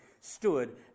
stood